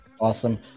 Awesome